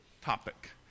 topic